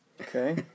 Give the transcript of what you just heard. Okay